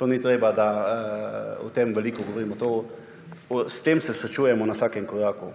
To ni treba, da o tem veliko govorimo, s tem se srečujemo na vsakem koraku.